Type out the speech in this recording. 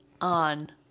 on